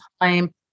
time